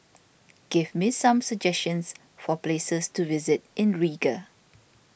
give me some suggestions for places to visit in Riga